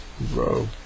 Bro